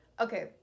okay